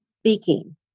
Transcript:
speaking